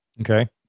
Okay